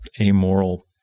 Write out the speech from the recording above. amoral